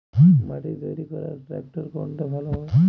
মাটি তৈরি করার ট্রাক্টর কোনটা ভালো হবে?